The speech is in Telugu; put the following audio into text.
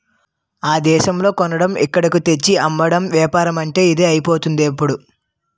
ఆ దేశంలో కొనడం ఇక్కడకు తెచ్చి అమ్మడం ఏపారమంటే ఇదే అయిపోయిందిప్పుడు